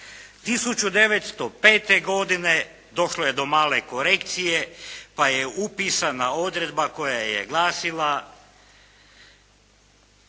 1905. godine došlo je do male korekcije pa je upisana odredba koja je glasila: